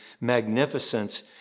magnificence